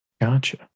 Gotcha